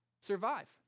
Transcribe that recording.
Survive